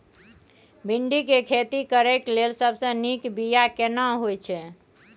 भिंडी के खेती करेक लैल सबसे नीक बिया केना होय छै?